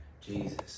Jesus